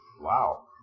Wow